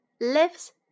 lives